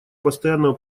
постоянного